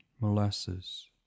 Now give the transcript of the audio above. Molasses